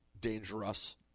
dangerous